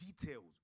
details